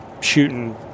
shooting